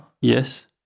Yes